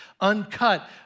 uncut